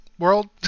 world